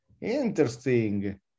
interesting